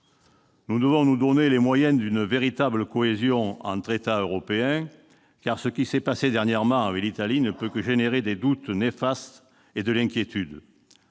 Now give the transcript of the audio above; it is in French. Nous devons nous donner les moyens d'une véritable cohésion entre États européens, car ce qui s'est passé dernièrement avec l'Italie ne peut que susciter des doutes néfastes et de l'inquiétude.